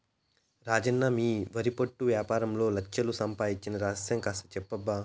రాజన్న మీ వరి పొట్టు యాపారంలో లచ్ఛలు సంపాయించిన రహస్యం కాస్త చెప్పబ్బా